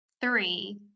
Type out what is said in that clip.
three